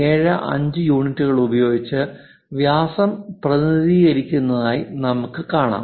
375 യൂണിറ്റുകൾ ഉപയോഗിച്ച് വ്യാസം പ്രതിനിധീകരിക്കുന്നതായി നമുക്ക് കാണാം